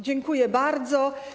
Dziękuję bardzo.